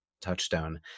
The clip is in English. Touchstone